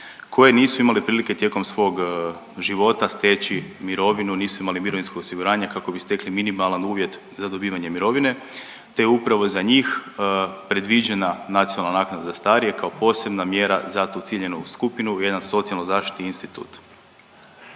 koje nisu imale prilike tijekom svog života steći mirovinu, nisu imali mirovinsko osiguranje kako bi stekli minimalan uvjet za dobivanje mirovine te upravo za njih predviđena nacionalna naknada za starije kao posebna mjera za tu ciljanu skupinu, jedan socijalno-zaštitni institut.